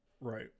Right